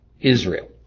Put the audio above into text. Israel